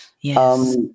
Yes